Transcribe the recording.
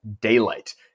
daylight